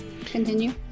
continue